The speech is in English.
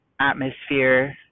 atmosphere